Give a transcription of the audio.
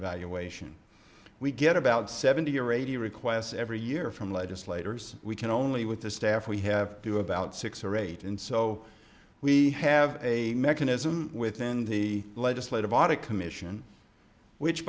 evaluation we get about seventy or eighty requests every year from legislators we can only with the staff we have to about six or eight and so we have a mechanism within the legislative audit commission which